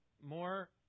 More